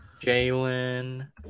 Jalen